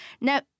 Now